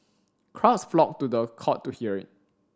crowds flocked to the court to hear it